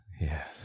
yes